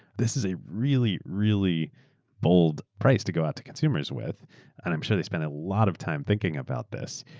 this is a really, really bold price to go out to consumers with, and i'm sure there's been a lot of time thinking about this,